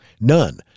none